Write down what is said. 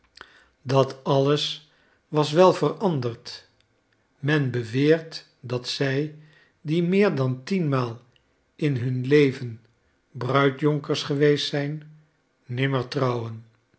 dat alles was wel veranderd men beweert dat zij die meer dan tienmaal in hun leven bruidsjonkers geweest zijn nimmer trouwen